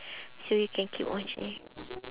so you can keep on change